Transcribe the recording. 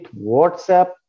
WhatsApp